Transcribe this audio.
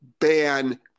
ban